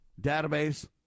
database